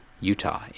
Utah